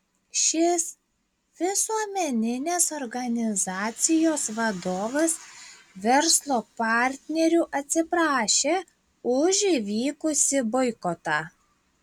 šis visuomeninės organizacijos vadovas verslo partnerių atsiprašė už įvykusį boikotą